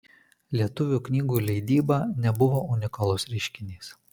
lietuvių knygų leidyba nebuvo unikalus reiškinys